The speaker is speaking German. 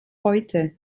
heute